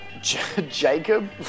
Jacob